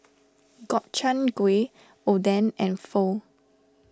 Gobchang Gui Oden and Pho